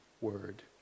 word